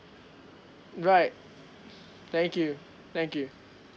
right thank you thank you